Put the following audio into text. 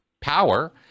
power